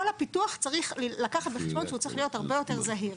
כל הפיתוח צריך לקחת בחשבון שהוא צריך להיות הרבה יותר זהיר.